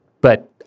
but-